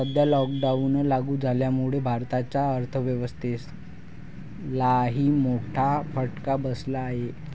सध्या लॉकडाऊन लागू झाल्यामुळे भारताच्या अर्थव्यवस्थेलाही मोठा फटका बसला आहे